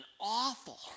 awful